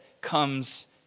comes